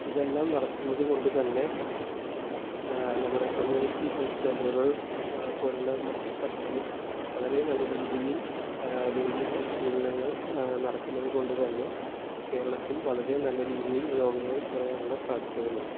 ഇതെല്ലാം നടത്തുന്നത് കൊണ്ട് തന്നെ നമ്മുടെ കമ്മ്യൂണിറ്റി ഹെൽത്ത് സെന്ററുകൾ പോലെയുള്ള മറ്റ് സ്ഥലങ്ങളിൽ വളരെ നല്ല രീതിയിൽ രോഗീ പരിശീലനങ്ങൾ നടക്കുന്നത് കൊണ്ട് തന്നെ കേരളത്തിൽ വളരെ നല്ല രീതിയിൽ രോഗങ്ങൾ കുറയാനുള്ള സാദ്ധ്യതകളുണ്ട്